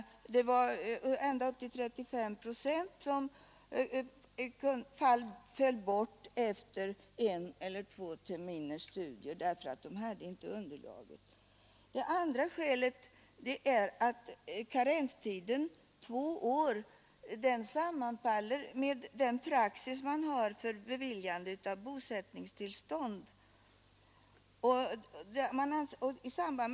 Ända upp till 35 procent föll bort efter en eller två terminers studier, därför att de inte hade tillräckligt underlag. Det andra skälet är att karenstiden två år överensstämmer med den praxis man har för beviljande av bosättningstillstånd.